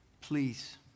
please